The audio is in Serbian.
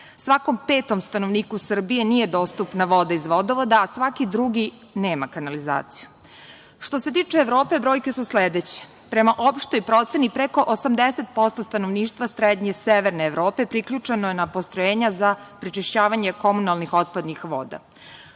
Svakom petom stanovniku Srbije nije dostupna voda iz vodovoda, a svaki drugi nema kanalizaciju. Što se tiče Evrope, brojke su sledeće. Prema opštoj proceni, preko 80% stanovništva srednje i severne Evrope priključeno je na postrojenja za prečišćavanje komunalnih otpadnih voda.